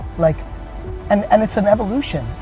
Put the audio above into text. like and and it's an evolution.